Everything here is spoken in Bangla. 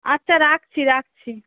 আচ্ছা রাখছি রাখছি